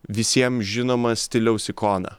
visiem žinoma stiliaus ikona